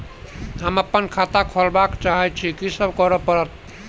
हम अप्पन खाता खोलब चाहै छी की सब करऽ पड़त?